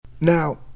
Now